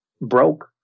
broke